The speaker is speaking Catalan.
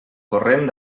corrent